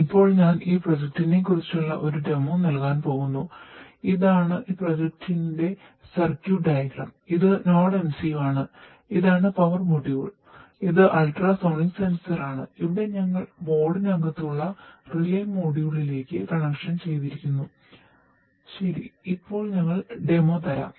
ഇപ്പോൾ ഞാൻ ഈ പ്രോജക്റ്റിനെക്കുറിച്ചുള്ള തരാം